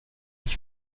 ich